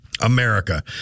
America